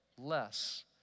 less